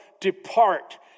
Depart